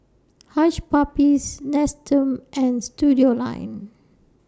Hush Puppies Nestum and Studioline